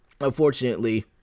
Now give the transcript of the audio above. unfortunately